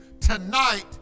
tonight